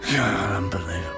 unbelievable